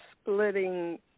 splitting